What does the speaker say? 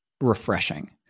refreshing